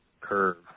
curve